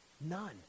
None